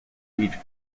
each